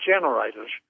generators